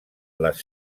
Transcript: les